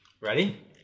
Ready